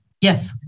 Yes